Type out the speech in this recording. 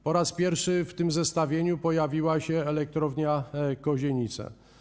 Po raz pierwszy w tym zestawieniu pojawiła się Elektrownia Kozienice.